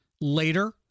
later